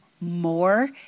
more